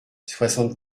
soixante